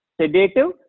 sedative